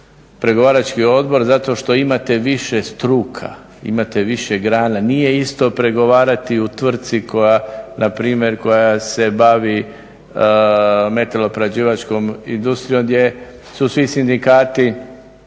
pregovarački odbor zato što imate više struka, imate više grana. Nije isto pregovarati u tvrtci koja npr. koja se bavi metaloprerađivačkom industrijom gdje su svi sindikati